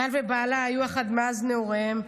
גל ובעלה היו יחד מאז נעוריהם,